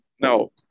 No